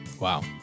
Wow